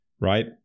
right